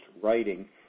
writing